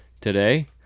today